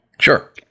Sure